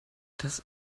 das